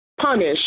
punish